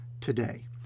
today